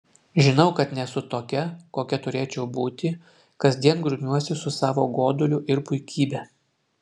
žinau kad nesu tokia kokia turėčiau būti kasdien grumiuosi su savo goduliu ir puikybe